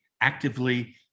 actively